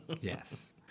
Yes